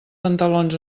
pantalons